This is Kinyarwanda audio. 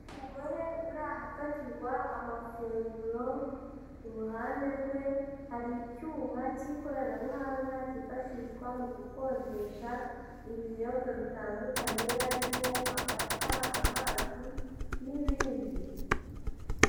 Umugore uri ahafatirwa amafunguro, ku ruhande rwe hari icyuma cy'ikoranabuhanga cyifashishwa mu gukonjesha ibinyobwa bitandukanye, harimo amata, amazi n'ibindi.